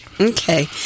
Okay